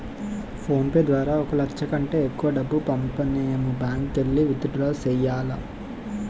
phone pay ద్వారా ఒక లచ్చ కంటే ఎక్కువ డబ్బు పంపనేము బ్యాంకుకెల్లి విత్ డ్రా సెయ్యాల